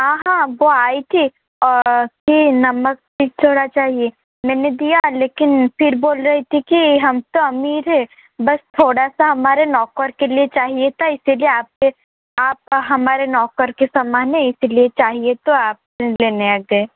हाँ हाँ वो आई थी कि नमक निचोड़ा चाहिए मैंने दिया लेकिन फिर वो बोल रही थी कि हम तो अमीर है बस थोड़ा सा हमारे नौकर के लिए चाहिए था इसीलिए आपके आप हमारे नौकर के समान है इसलिए चाहिए तो आप से लेने आ गए